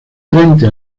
frente